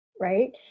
right